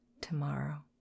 tomorrow